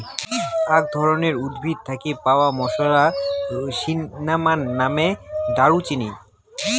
আক ধরণের উদ্ভিদ থাকি পাওয়া মশলা, সিন্নামন মানে দারুচিনি